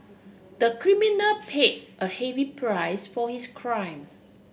the criminal pay a heavy price for his crime